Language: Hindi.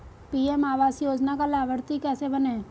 पी.एम आवास योजना का लाभर्ती कैसे बनें?